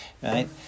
Right